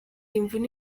imvune